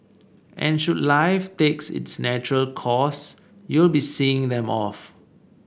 and should life takes its natural course you'll be seeing them off